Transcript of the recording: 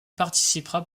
participera